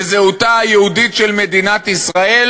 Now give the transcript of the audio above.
וזהותה היהודית של מדינת ישראל,